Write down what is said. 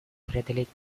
преодолеть